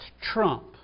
trump